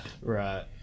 Right